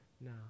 now